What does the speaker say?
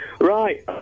Right